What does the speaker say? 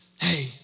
hey